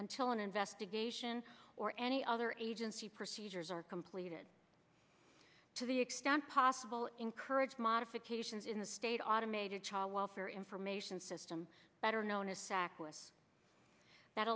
until an investigation or any other agency procedures are completed to the extent possible encourage modifications in the state automated child welfare information system better known as sack